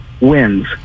wins